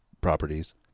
properties